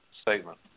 statement